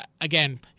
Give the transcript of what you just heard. again